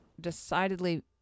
decidedly